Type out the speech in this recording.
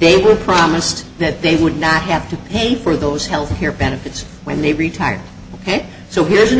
they were promised that they would not have to pay for those health care benefits when they retire ok so here's an